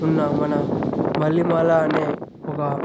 ఉన్న మన మల్లెమాల అనే ఒక